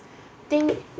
think